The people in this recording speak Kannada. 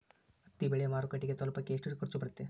ಹತ್ತಿ ಬೆಳೆ ಮಾರುಕಟ್ಟೆಗೆ ತಲುಪಕೆ ಎಷ್ಟು ಖರ್ಚು ಬರುತ್ತೆ?